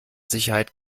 sicherheit